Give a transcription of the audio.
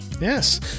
Yes